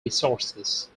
resources